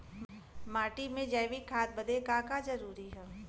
माटी में जैविक खाद बदे का का जरूरी ह?